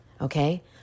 okay